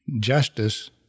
Justice